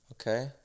okay